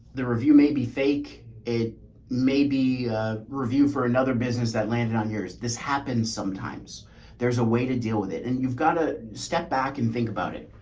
the review may be fake. it may be a review for another business that landed on here is this happens sometimes there's a way to deal with it and you've got to step back and think about it.